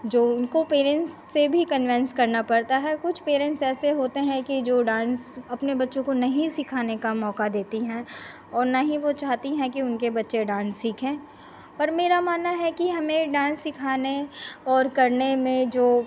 जो उनको पेरेन्ट्स से भी कन्विन्स करना पड़ता है कुछ पेरेन्ट्स ऐसे होते हैं कि जो डान्स अपने बच्चों को नहीं सिखाने का मौका देते हैं और न ही वह चाहते हैं कि उनके बच्चे डान्स सीखें पर मेरा मानना है कि हमें डान्स सिखाने और करने में जो